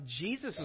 Jesus